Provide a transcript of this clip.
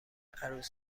عروس